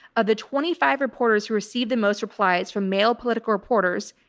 of the twenty five reporters who received the most replies from male political reporters,